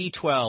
V12